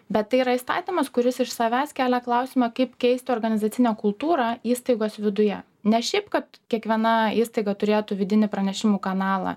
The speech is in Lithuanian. bet tai yra įstatymas kuris iš savęs kelia klausimą kaip keisti organizacinę kultūrą įstaigos viduje ne šiaip kad kiekviena įstaiga turėtų vidinį pranešimų kanalą